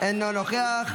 אינו נוכח.